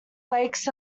lakes